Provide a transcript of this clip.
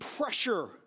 pressure